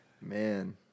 Man